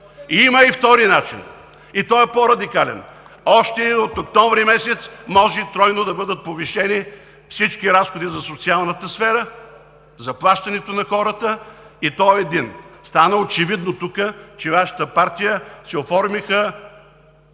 Има втори начин и той е по-радикален, той е един. Още от октомври месец може тройно да бъдат повишени всички разходи за социалната сфера, заплащането на хората. Стана очевидно тук, че във Вашата партия се оформиха